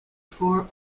four